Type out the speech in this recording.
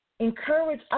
encourage